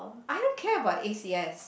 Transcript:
I don't care about A_C_S